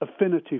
affinity